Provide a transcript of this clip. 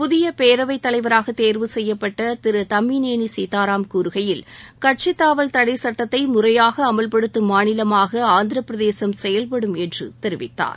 புதிய பேரவைத் தலைவராக தேர்வு செய்யப்பட்ட திரு தம்மிநேனி சீதாராம் கூறுகையில் கட்சித் தாவல் தடை சட்டத்தை முறையாக அமல்படுத்தும் மாநிலமாக ஆந்திரபிரதேசம் செயல்படும் என்று தெரிவித்தார்